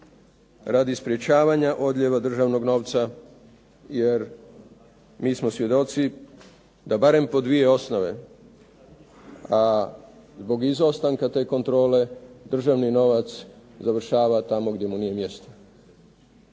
radi sprječavanja odlijeva državnog novca jer mi smo svjedoci da barem po dvije osnove a zbog izostanka te kontrole državni novac završava tamo gdje mu nije mjesto.